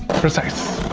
precise!